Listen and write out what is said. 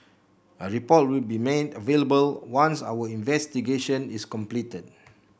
a report will be made available once our investigation is completed